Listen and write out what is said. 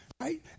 Right